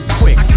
quick